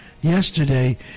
yesterday